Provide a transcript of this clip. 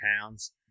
pounds